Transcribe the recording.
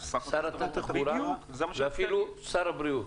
שר התחבורה ואפילו שר הבריאות.